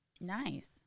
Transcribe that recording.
Nice